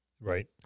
Right